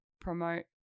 promote